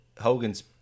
hogan's